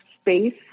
space